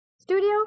studio